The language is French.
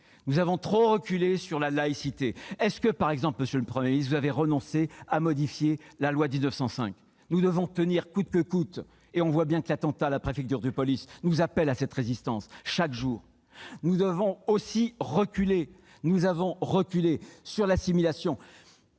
nous avons trop reculé, sur la laïcité, par exemple. Monsieur le Premier ministre, avez-vous renoncé à modifier la loi 1905 ? Nous devons tenir coûte que coûte et l'on voit bien que l'attentat à la préfecture de police nous appelle à cette résistance, chaque jour. Nous avons reculé sur l'assimilation.